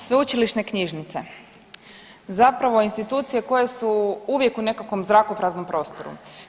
Sveučilišne knjižnice zapravo institucije koje su uvijek u nekakvom zrakopraznom prostoru.